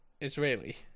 Israeli